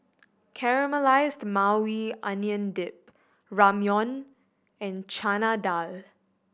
Caramelized Maui Onion Dip Ramyeon and Chana Dal